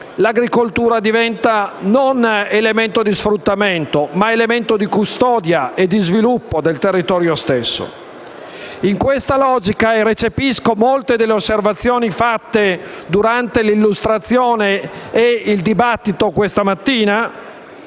l'agricoltura diventa non elemento di sfruttamento, ma di custodia e di sviluppo del territorio stesso. In questa logica recepisco molte delle osservazioni fatte durante l'illustrazione delle mozioni e nel dibattito di questa mattina.